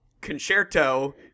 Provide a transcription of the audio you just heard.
concerto